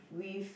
with